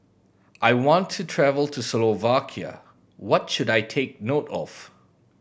I want to travel to Slovakia what should I take note of